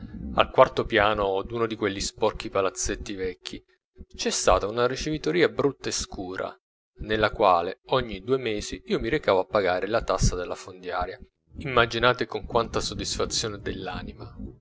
al quarto piano d'uno di quegli sporchi palazzetti vecchi c'è stata una ricevitoria brutta e scura nella quale ogni due mesi io mi recavo a pagare la tassa della fondiaria immaginate con quanta soddisfazione dell'anima